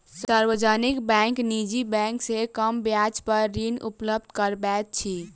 सार्वजनिक बैंक निजी बैंक से कम ब्याज पर ऋण उपलब्ध करबैत अछि